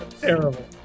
Terrible